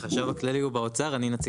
החשב הכללי הוא באוצר.